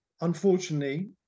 Unfortunately